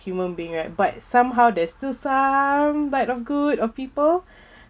human being right but somehow there's still some bite of good of people